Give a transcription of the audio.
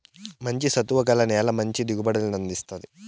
మంచి సత్తువ గల నేల మంచి దిగుబడులను అందిస్తాది